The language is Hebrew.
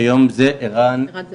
שהיום זה ערן זהבי.